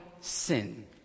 sin